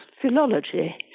philology